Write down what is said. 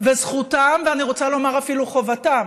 וזכותם, ואני רוצה לומר אפילו חובתם,